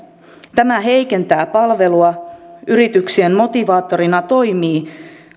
tämä heikentää palvelua yrityksien motivaattorina toimii